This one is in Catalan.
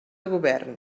govern